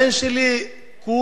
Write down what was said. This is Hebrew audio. הבן שלי כולו